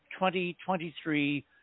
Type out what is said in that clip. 2023